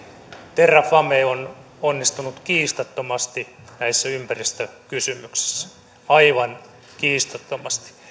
terrafame on onnistunut kiistattomasti näissä ympäristökysymyksissä aivan kiistattomasti